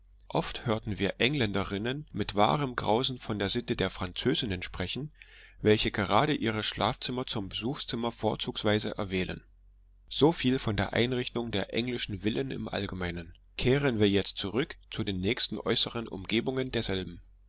oft hörten wir engländerinnen mit wahrem grausen von der sitte der französinnen sprechen welche gerade ihre schlafzimmer zum besuchszimmer vorzugsweise erwählen so viel von der inneren einrichtung der englischen villen im allgemeinen kehren wir jetzt zurück zu den nächsten äußeren umgebungen derselben